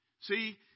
See